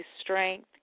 strength